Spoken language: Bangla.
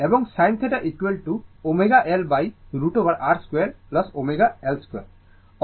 এবং sin θ ω L √over R 2 ω L 2